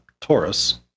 Taurus